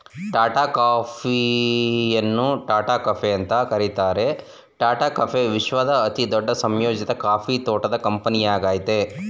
ಟಾಟಾ ಕಾಫಿಯನ್ನು ಟಾಟಾ ಕೆಫೆ ಅಂತ ಕರೀತಾರೆ ಟಾಟಾ ಕಾಫಿ ವಿಶ್ವದ ಅತಿದೊಡ್ಡ ಸಂಯೋಜಿತ ಕಾಫಿ ತೋಟದ ಕಂಪನಿಯಾಗಯ್ತೆ